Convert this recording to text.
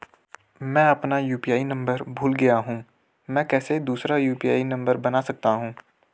मैं अपना UPI number भूल गया हूँ मैं कैसे दूसरा यु.पी.आई नम्बर बना सकता हूँ?